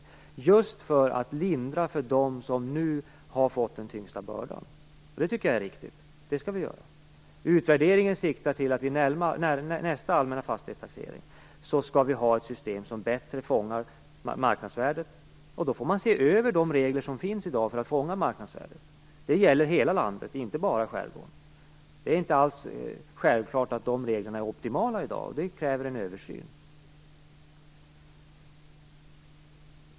Vi gör det just för att lindra för dem som nu fått den tyngsta bördan. Det tycker jag är riktigt och det skall vi göra. Utvärderingen siktar alltså till att vi vid nästa allmänna fastighetstaxering skall ha ett system som bättre fångar marknadsvärdet. Man får se över de regler som i dag finns för att kunna fånga marknadsvärdet. Det gäller hela landet, inte bara skärgården. Det är inte alls självklart att de reglerna i dag är optimala. Det krävs en översyn.